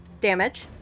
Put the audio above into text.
damage